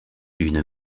une